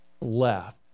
left